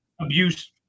abuse